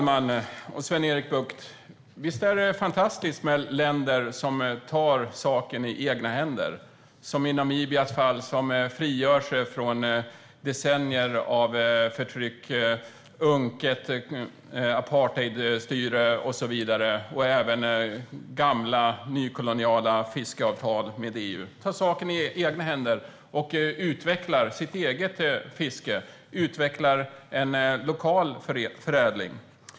Herr talman! Visst är det fantastiskt med länder som tar saken i egna händer, Sven-Erik Bucht. I Namibias fall frigör man sig från decennier av förtryck, unket apartheidstyre och så vidare, och även gamla nykoloniala fiskeavtal med EU. Man tar saken i egna händer och utvecklar sitt eget fiske och en lokal förädling.